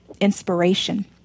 inspiration